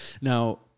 Now